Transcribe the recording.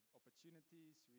opportunities